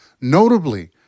notably